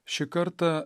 šį kartą